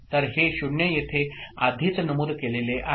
तर हे 0 येथे आधीच नमूद केलेले आहे